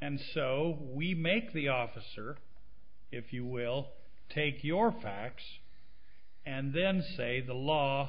and so we make the officer if you will take your facts and then say the